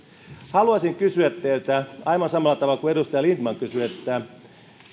haluaisin kysyä teiltä aivan samalla tavalla kuin edustaja lindtman kysyi